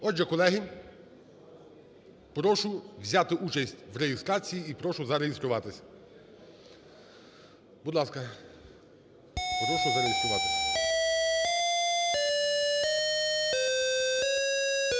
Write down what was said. Отже, колеги, прошу взяти участь в реєстрації і прошу зареєструватись. Будь ласка, прошу зареєструватись.